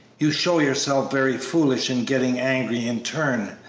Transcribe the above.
you show yourself very foolish in getting angry in turn.